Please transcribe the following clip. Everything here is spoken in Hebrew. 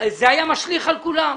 זה היה משליך על כולם.